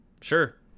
sure